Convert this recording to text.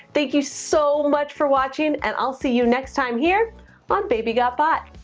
thank you so much for watching, and i'll see you next time here on baby got bot.